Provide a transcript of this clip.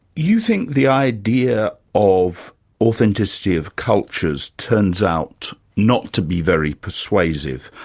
you think the idea of authenticity of cultures turns out not to be very persuasive,